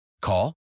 Call